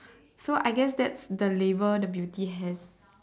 so I guess that's the label the beauty has